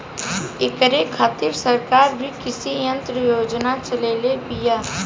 ऐकरे खातिर सरकार भी कृषी यंत्र योजना चलइले बिया